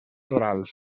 torals